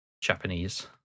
Japanese